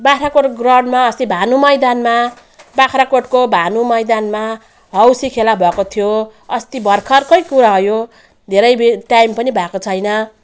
बाख्राकोट ग्राउन्डमा अस्ति भानु मैदानमा बाख्राकोटको भानु मैदानमा हौसी खेला भएको थियो अस्ति भर्खरकै कुरा हो यो धेरै बे टाइम पनि भएको छैन